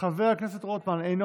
חבר הכנסת ישראל אייכלר,